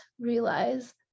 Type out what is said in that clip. realize